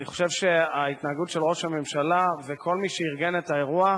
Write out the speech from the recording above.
אני חושב שההתנהגות של ראש הממשלה וכל מי שארגן את האירוע,